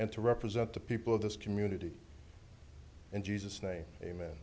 and to represent the people of this community in jesus name amen